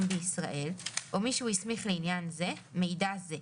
בישראל או מי שהוא הסמיך לעניין זה מידע זה: